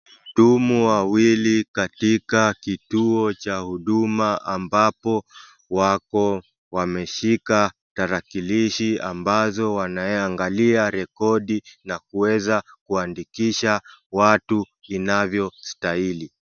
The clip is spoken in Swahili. Watumwa wawili katika kituo cha huduma ambapo wako wameshika tarakilishi ,a mbaazo wanayo angalia rakodi na kuweza kuandikisha watu kinavyo stahili.